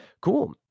cool